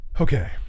Okay